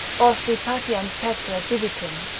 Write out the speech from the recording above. o si pateant pectora divitum,